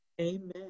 Amen